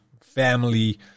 family